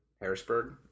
Harrisburg